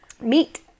Meet